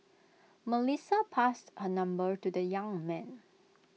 Melissa passed her number to the young man